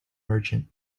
merchant